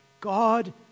God